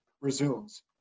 resumes